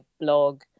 blog